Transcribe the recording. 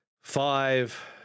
five